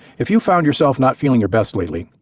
if you found yourself not feeling your best lately,